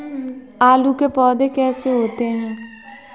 आलू के पौधे कैसे होते हैं?